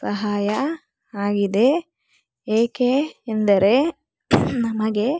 ಸಹಾಯ ಆಗಿದೆ ಏಕೆ ಎಂದರೆ ನಮಗೆ